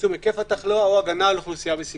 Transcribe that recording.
צמצום היקף התחלואה או הגנה על אוכלוסייה בסיכון,